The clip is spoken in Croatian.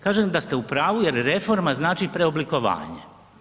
Kažem da ste u pravu jer reforma znači preoblikovanje.